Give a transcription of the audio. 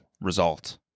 result